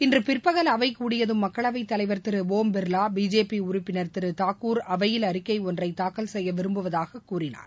இன்று பிற்பகல் அவை கூடியதும் மக்களவை தலைவர் திரு ஓம் பிர்லா பிஜேபி உறப்பினர் திரு தாகூர் அவையில் அறிக்கை ஒன்றை தாக்கல் செய்ய விரும்புவதாக கூறினார்